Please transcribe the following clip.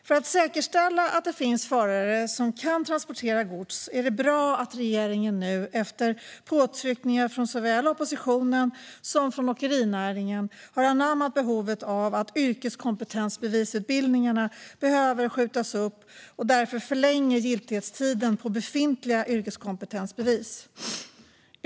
För att säkerställa att det finns förare som kan transportera gods är det bra att regeringen nu, efter påtryckningar från såväl oppositionen som åkerinäringen, har anammat att yrkeskompetensbevisutbildningarna behöver skjutas upp och därför förlänger giltighetstiden för befintliga yrkeskompetensbevis.